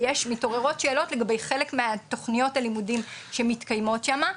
ויש מתעוררות שאלות לגבי חלק מהתכניות הלימודים שמתקיימות שם.